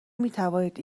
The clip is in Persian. میتوانید